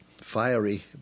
fiery